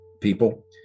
people